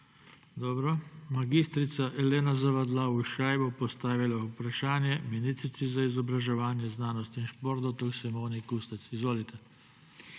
Dobro. Mag. Elena Zavadlav Ušaj bo postavila vprašanje ministrici za izobraževanje, znanost in šport dr. Simoni Kustec. Izvolite.